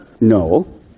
No